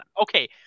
Okay